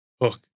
Hook